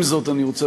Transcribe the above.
עם זאת אני רוצה,